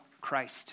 Christ